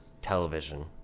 television